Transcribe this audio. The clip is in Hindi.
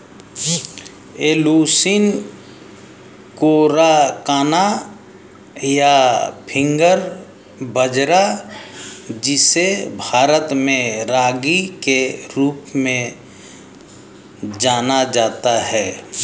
एलुसीन कोराकाना, या फिंगर बाजरा, जिसे भारत में रागी के रूप में जाना जाता है